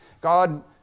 God